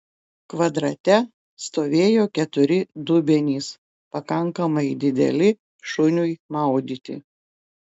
kvadrate stovėjo keturi dubenys pakankamai dideli šuniui maudyti